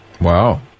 Wow